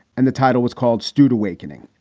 and the title was called stewed awakening.